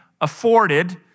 afforded